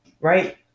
right